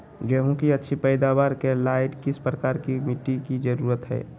गेंहू की अच्छी पैदाबार के लाइट किस प्रकार की मिटटी की जरुरत है?